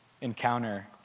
encounter